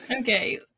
okay